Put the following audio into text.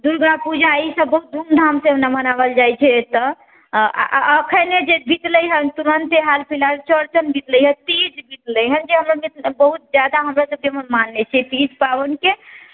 दुर्गापूजा ई सब बहुत धूमधामसँ ने मनावल जाइ छै एत्तऽ एखने जे बितलै हऽ तुरन्ते हाल फिलहालमे चौरचन बितलै अइ तीज बितलै अइ जे बहुत मिथिला ज्यादा हमरा सबके मानै छै तीज पाबनिके